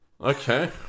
Okay